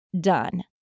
done